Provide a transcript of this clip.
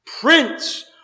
Prince